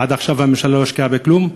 עד עכשיו הממשלה לא השקיעה בכלום.